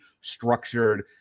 structured